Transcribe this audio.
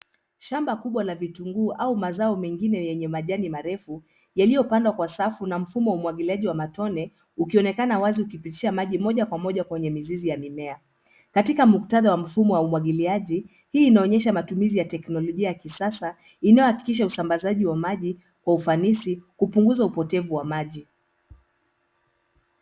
Shamba kubwa la vituguu au mazao mengine enye majani marefu yaliopandwa kwa safu na mfumo wa umwagiliaji wa matone ukionekana wazi ukupitisha maji moja kwa moja kwenye mizizi ya mimea, katika muktata wa mfumo wa umwagiliaji hii inaonyesha matumizi ya teknolojia ya kisasa inaohakikisha uzambazaji wa maji kwa ufanizi kupunguza upotefu wa maji.